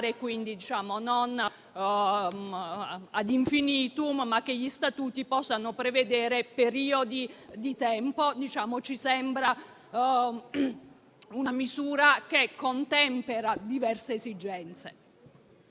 quindi non *ad infinitum*, in modo che gli statuti possano prevedere dei periodi di tempo determinati. Ci sembra una misura che contempera diverse esigenze.